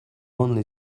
only